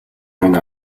байна